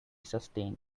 sustained